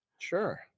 Sure